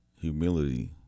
Humility